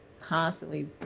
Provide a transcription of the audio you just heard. Constantly